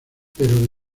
pero